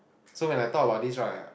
so when I thought about this right